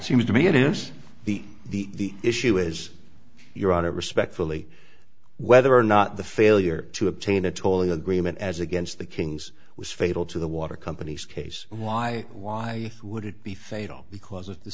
seems to me it is the the issue is your honor respectfully whether or not the failure to obtain a tolly agreement as against the kings was fatal to the water company's case why why would it be fatal because of the